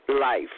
Life